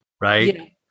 right